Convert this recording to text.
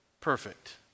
perfect